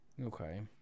Okay